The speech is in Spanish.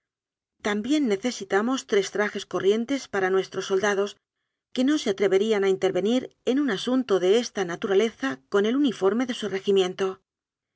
nece sitamos tres trajes corrientes para nuestros sol dados que no se atreverían a intervenir en un asunto de esta naturaleza con el uniforme de su regimiento